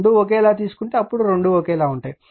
రెండూ ఒకేలా తీసుకుంటే 4 4 అప్పుడు రెండూ ఒకేలా ఉంటాయి